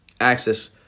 access